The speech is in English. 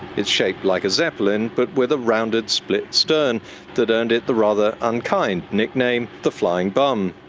it's shaped like a zeppelin but with a rounded split stern that earned it the rather unkind nickname the flying bum.